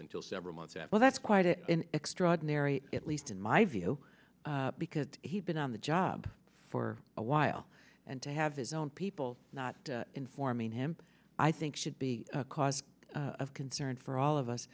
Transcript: until several months that well that's quite an extraordinary at least in my view because he's been on the job for a while and to have his own people not informing him i think should be a cause of concern for all of us